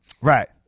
right